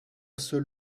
seul